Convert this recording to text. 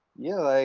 yeah,